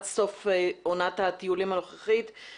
סוף עונת הטיולים הנוכחית לשיפור המצב,